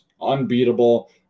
unbeatable